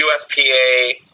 USPA